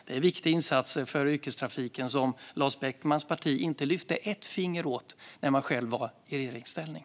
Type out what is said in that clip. Det är viktiga insatser för yrkestrafiken, som Lars Beckmans parti inte lyfte ett finger för när man själv var i regeringsställning.